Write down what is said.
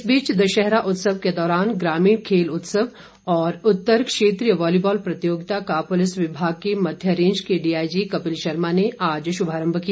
इस बीच दशहरा उत्सव के दौरान ग्रामीण खेल उत्सव और उत्तर क्षेत्रीय वालीबॉल प्रतियोगिता का पुलिस विभाग के मध्य रेंज के डीआईजी कपिल शर्मा ने आज श्भारंभ किया